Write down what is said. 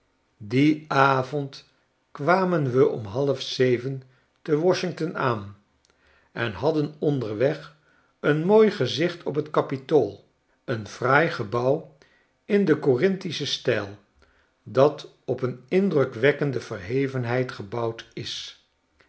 dien avond kwamen we om halfzeven te washington aan en hadden onderweg een mooi gezicht op r t kapitool een fraai gebouw in den corinthischen stijl dat op een indrukwekkende verhevenheid gebouwd is